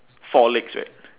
four legs right